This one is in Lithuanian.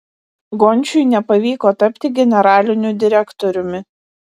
gončiui nepavyko tapti generaliniu direktoriumi